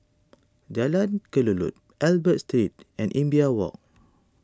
Jalan Kelulut Albert Street and Imbiah Walk